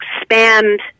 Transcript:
expand